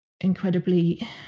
incredibly